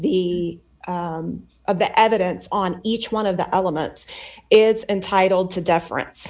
the of the evidence on each one of the elements it's entitled to deference